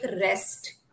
rest